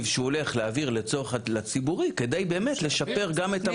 שהוא הולך להעביר לציבורי כדי באמת לשפר גם את המצב שם.